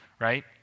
right